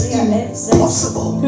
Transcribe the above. impossible